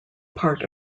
part